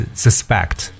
suspect